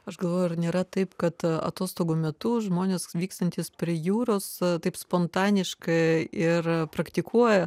aš galvoju ar nėra taip kad atostogų metu žmonės vykstantys prie jūros taip spontaniškai ir praktikuoja